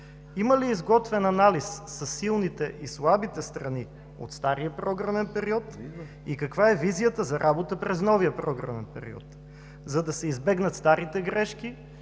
Има ли изготвен анализ със силните и слабите страни от стария програмен период? И каква е визията за работа през новия програмен период, за да се избегнат старите грешки